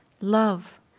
Love